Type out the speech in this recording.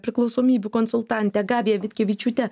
priklausomybių konsultantė gabija vitkevičiūtė